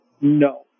no